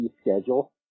schedule